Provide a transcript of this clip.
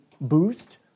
boost